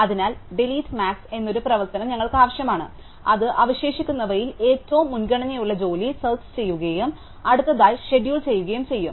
അതിനാൽ delete max എന്ന ഒരു പ്രവർത്തനം ഞങ്ങൾക്ക് ആവശ്യമാണ് അത് അവശേഷിക്കുന്നവയിൽ ഏറ്റവും മുൻഗണനയുള്ള ജോലി സെർച്ച് ചെയുകയും അടുത്തതായി ഷെഡ്യൂൾ ചെയ്യുകയും ചെയ്യും